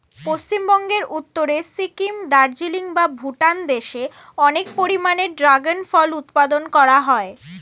পশ্চিমবঙ্গের উত্তরে সিকিম, দার্জিলিং বা ভুটান দেশে অনেক পরিমাণে ড্রাগন ফল উৎপাদন করা হয়